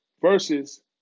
versus